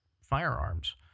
firearms